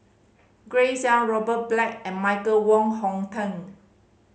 Grace Young Robert Black and Michael Wong Hong Teng